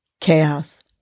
chaos